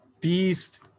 Beast